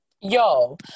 Yo